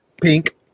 Pink